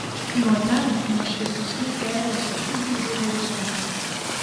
nuo ten nuo šviesesnių perėjos apybraižų horizonte